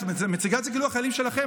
את מציגה את זה כאילו החיילים שלכם.